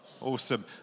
Awesome